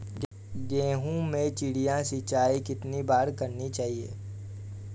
गेहूँ में चिड़िया सिंचाई कितनी बार करनी चाहिए?